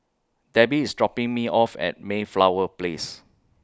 Debbie IS dropping Me off At Mayflower Place